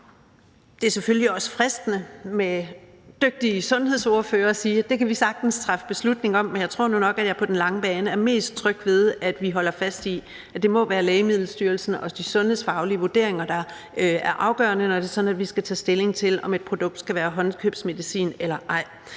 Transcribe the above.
Det er selvfølgelig også fristende sammen med dygtige sundhedsordførere at sige, at det kan vi sagtens træffe beslutning om, men jeg tror nu nok, at jeg på den lange bane er mest tryg ved, at vi holder fast i, at det må være Lægemiddelstyrelsen og de sundhedsfaglige vurderinger, der er afgørende, når det er sådan, at vi skal tage stilling til, om et produkt skal være håndkøbsmedicin eller ej.